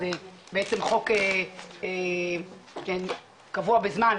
זה בעצם חוק קבוע בזמן,